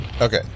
Okay